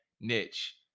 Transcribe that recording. niche